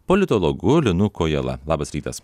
politologu linu kojala labas rytas